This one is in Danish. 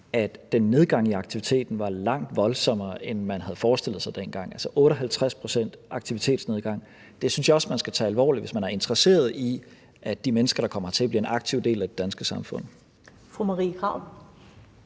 den nedgang i aktiviteten var langt voldsommere, end man havde forestillet sig dengang. Altså, 58 pct.s aktivitetsnedgang synes jeg også man skal tage alvorligt, hvis man er interesseret i, at de mennesker, der kommer hertil, bliver en aktiv del af det danske samfund.